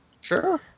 Sure